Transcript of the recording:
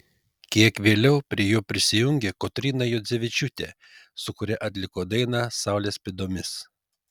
kiek vėliau prie jo prisijungė kotryna juodzevičiūtė su kuria atliko dainą saulės pėdomis